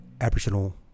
Aboriginal